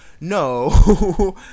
No